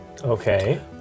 Okay